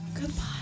Goodbye